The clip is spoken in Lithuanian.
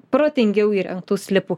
protingiau įrengtų slipų